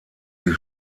die